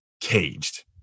caged